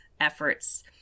efforts